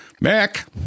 Mac